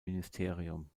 ministerium